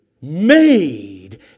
made